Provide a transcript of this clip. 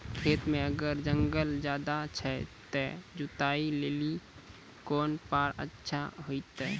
खेत मे अगर जंगल ज्यादा छै ते जुताई लेली कोंन फार अच्छा होइतै?